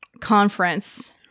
conference